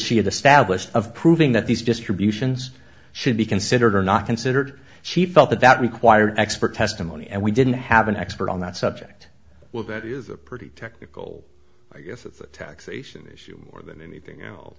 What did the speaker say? established of proving that these distributions should be considered or not considered she felt that that required expert testimony and we didn't have an expert on that subject well that is a pretty technical i guess of taxation issue more than anything else